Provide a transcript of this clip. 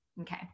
Okay